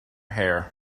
hair